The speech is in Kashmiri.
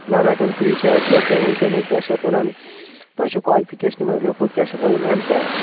نہَ ویکَنسیٖز چھِ اَسہِ تُہۍ ؤنۍتو مےٚ کیٛاہ چھِ اَتھ وَنان تۄہہِ چھُ کالفِِکیشن منٛز لیٛوٗکھمُت کیٛاہ چھِ اَتھ وَنان ایم ٹیک